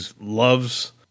loves